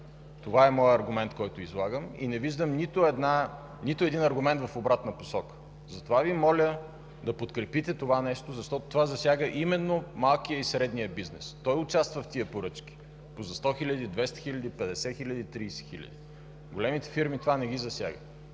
Това е моят аргумент, който излагам и не виждам нито един аргумент в обратна посока. Моля Ви да подкрепите това нещо, защото това засяга именно малкия и средния бизнес – той участва в тези поръчки – за по 100 хиляди, 200 хиляди, 50 хиляди, 30 хиляди. Големите фирми това не ги засяга.